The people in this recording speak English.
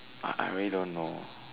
I I really don't know